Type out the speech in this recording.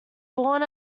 born